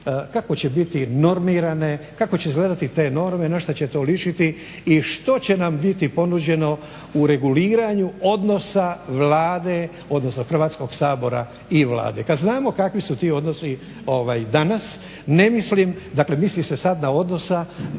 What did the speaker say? kako će biti normirane, kako će izgledati te norme, na što će to ličiti i što će nam biti ponuđeno u reguliranju odnosa Vlade, odnosno Hrvatskog sabora i Vlade kad znamo kakvi su ti odnosi danas. Ne mislim, dakle misli se sad na odnos